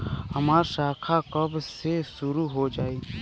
हमार खाता कब से शूरू हो जाई?